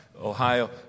Ohio